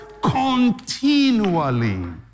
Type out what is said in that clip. Continually